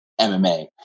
mma